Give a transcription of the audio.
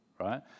right